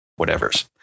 whatevers